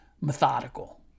methodical